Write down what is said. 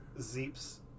Zeep's